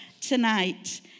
tonight